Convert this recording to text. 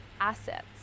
assets